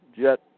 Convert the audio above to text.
jet